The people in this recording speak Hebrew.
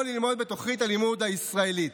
או ללמוד את תוכנית הלימוד הישראלית.